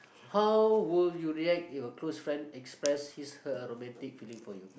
how will you react if a close friend express his her romantic feeling for you